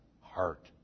heart